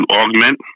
augment